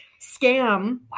scam